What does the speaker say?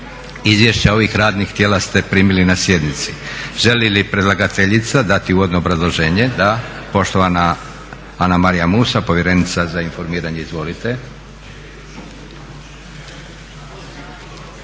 Izvješća ovih radnih tijela ste primili na sjednici. Želi li predlagateljica dati uvodno obrazloženje? Da. Poštovana Anamarija Musa povjerenica za informiranje. Izvolite.